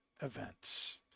events